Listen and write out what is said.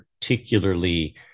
particularly